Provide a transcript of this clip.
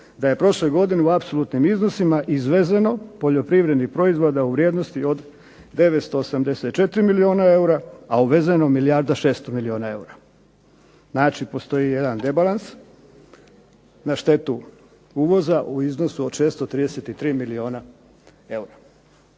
da je prošle godine u apsolutnim iznosima izvezeno poljoprivrednih proizvoda u vrijednosti od 984 milijuna eura, a uvezeno milijarda i 600 milijuna eura. Znači, postoji jedan debalans na štetu uvoza u iznosu od 633 milijuna eura.